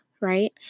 right